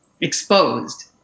exposed